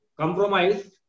compromise